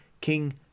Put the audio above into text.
King